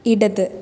ഇടത്